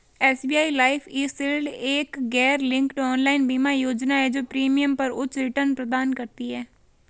SBI life eShield एक गैरलिंक्ड online बीमा योजना है जो प्रीमियम पर उच्च रिटर्न प्रदान करती है